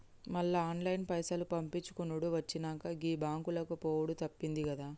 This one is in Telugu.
మళ్ల ఆన్లైన్ల పైసలు పంపిచ్చుకునుడు వచ్చినంక, గీ బాంకులకు పోవుడు తప్పిందిగదా